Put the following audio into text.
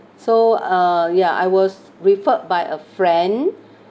so uh ya I was referred by a friend